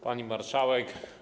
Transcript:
Pani Marszałek!